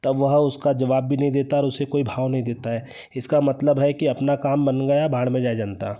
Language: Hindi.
तब वह उसका जवाब भी नहीं देता है और उसे कोई भाव नहीं देता है इसका मतलब है कि अपना काम बन गया भाड़ में जाए जनता